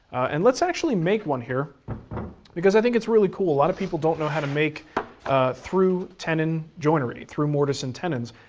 and let's actually make one here because i think it's really cool. a lot of people don't know how to make through tenon jointery, through mortise and tenons.